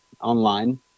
online